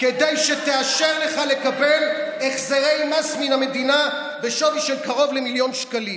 כדי שתאשר לך לקבל החזרי מס מן המדינה בשווי של קרוב למיליון שקלים.